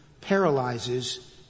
paralyzes